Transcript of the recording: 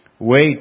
wait